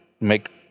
make